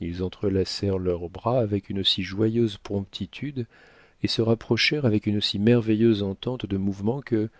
ils entrelacèrent leurs bras avec une si joyeuse promptitude et se rapprochèrent avec une si merveilleuse entente de mouvement que